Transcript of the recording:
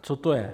Co to je?